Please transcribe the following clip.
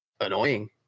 annoying